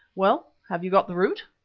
well, have you got the root?